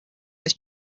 this